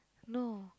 no